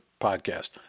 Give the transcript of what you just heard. podcast